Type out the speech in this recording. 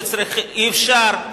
להגיד שאי-אפשר,